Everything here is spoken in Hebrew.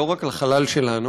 לא רק לחלל שלנו,